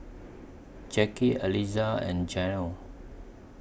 Jacky Aliza and Janell